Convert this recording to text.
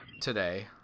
today